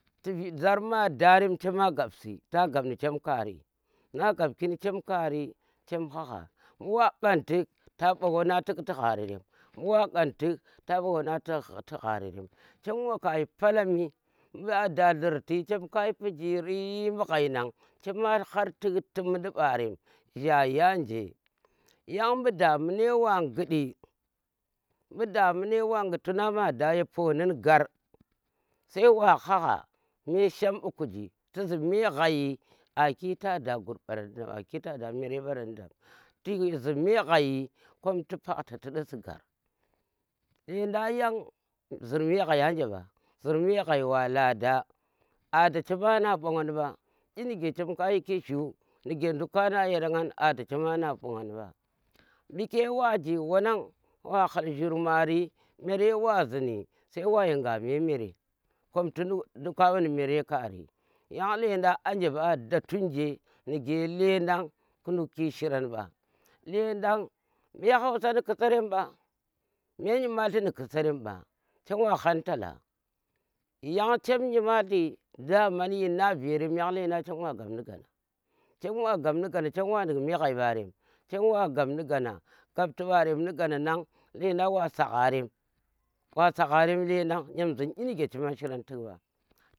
Ti zarma a da rem chema gap si ta gap ni chem kaari, na gapki ni chem kari chem haga mbu wa khan tik ta mba wana tik tu gharerem bu̱ wa kan tik ta ɓa wanan ti garerem, chem. Waka yi palomi. mbu a da dlurti chem kayi pijiri bu̱ ghai na, chema har tik ti mu̱n ɓarem, zhaye anje yon bu̱ damune wa gudi ya mbu damune ghut tuno ma daa ye poni ni gari sai wa hagha me sham bu̱ kuji ti zi me ghai aki ba da ya gur ta da mere mbaran ni dam tu zi me xhayi kom ti pakta ti du si gar, lendang zir me ghai anje ɓa me xhai wa lada nida chema na ɓongdi ɓa, bu̱ ke wang mari washi mere wa zhini sai wayiga me meri kom ti nduk ka ɓa ni mere kari, yang lendang anje ɓa, ada tu̱n anje nige lendang tu ki shiran ɓa, lendang me hausa ni kisarem ɓa me nyimalti ni kisarem ɓa chem wa han tala yang chem nyimalti daman yinanje verem yang lendang chem wa gap ni gana hana chem wa dik me ghai ɓarem chem wa gap ni gana, gap ti barem ni gana nang lendang wa sagha rem wa sagha rem lendang yam zhin inige chema shiron tik ɓa.